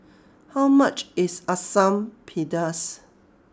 how much is Asam Pedas